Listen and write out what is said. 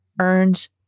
earns